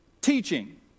teaching